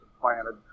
planted